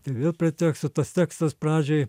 tai vėl prie tekstų tas tekstas pradžiai